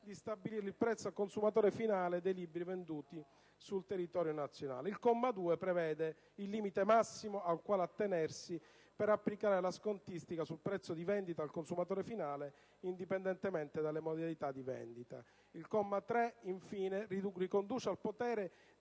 di stabilire il prezzo al consumatore finale dei libri venduti sul territorio nazionale. Il comma 2 prevede il limite massimo al quale attenersi per applicare la scontistica sul prezzo di vendita al consumatore finale, indipendentemente dalle modalità di vendita. Il comma 3 riconduce al potere